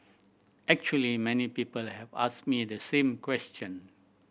actually many people have asked me the same question